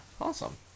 awesome